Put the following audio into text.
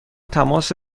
تماس